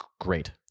great